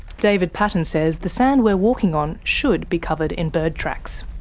david paton says the sand we're walking on should be covered in bird tracks.